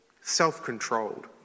self-controlled